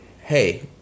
hey